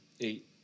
eight